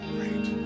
Great